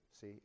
See